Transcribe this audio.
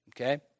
Okay